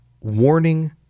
warning